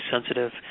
sensitive